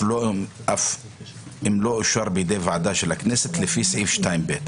אף אם לא אושר בידי ועדה של הכנסת לפי סעיף 2(ב).